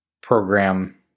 program